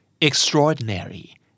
extraordinary